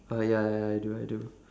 uh ya ya ya I do I do